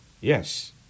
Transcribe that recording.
Yes